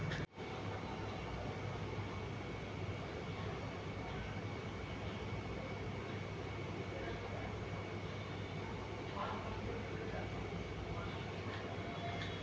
कृषि सहकारिता मे सरकार द्वारा भी कृषि वेवस्था सुधार करलो गेलो छै